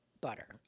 butter